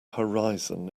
horizon